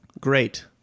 great